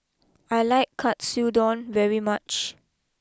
I like Katsudon very much